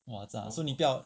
so 你不要